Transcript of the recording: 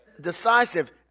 Decisive